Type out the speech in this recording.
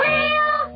Real